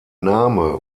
name